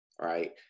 right